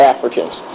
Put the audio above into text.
Africans